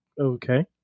okay